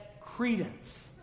credence